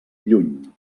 lluny